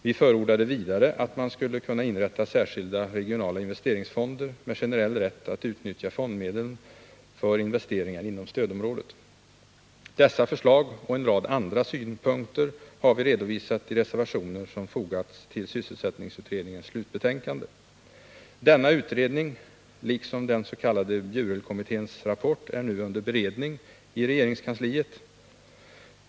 Vi förordade vidare att man skulle inrätta särskilda ' Dessa förslag och en rad andra synpunkter har vi redovisat i reservationer som fogats till sysselsättningsutredningens slutbetänkande. Denna utredning liksom den s.k. Bjurelkommitténs rapport är nu under beredning i regeringskansliet.